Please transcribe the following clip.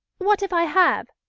what if i have?